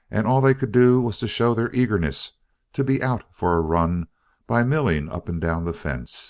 and all they could do was to show their eagerness to be out for a run by milling up and down the fence